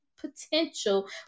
potential